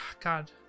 god